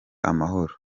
amahoro